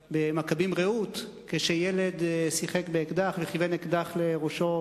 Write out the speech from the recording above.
במכבים-רעות, כשילד שיחק באקדח וכיוון אותו לראשו